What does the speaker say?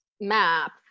map